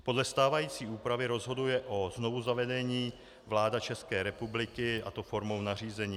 Podle stávající úpravy rozhoduje o znovuzavedení vláda České republiky, a to formou nařízení.